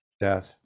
death